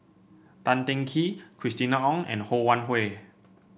Tan Teng Kee Christina Ong and Ho Wan Hui